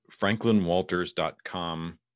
franklinwalters.com